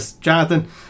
Jonathan